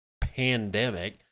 pandemic